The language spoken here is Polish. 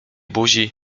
buzi